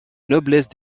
noblesse